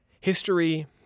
history